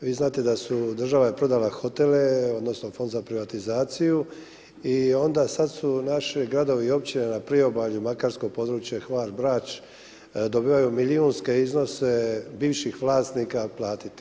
Vi znate da je država prodala hotele odnosno Fond za privatizaciju i onda sad su naši gradovi i općine na priobalju makarsko područje, Hvar, Brač dobivaju milijunske iznose bivših vlasnika platiti.